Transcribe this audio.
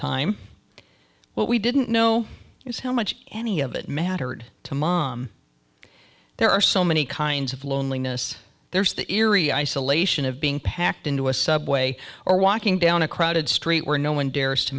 time what we didn't know was how much any of it mattered to mom there are so many kinds of loneliness there's the eerie isolation of being packed into a subway or walking down a crowded street where no one dares to